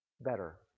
better